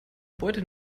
beute